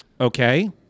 Okay